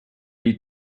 you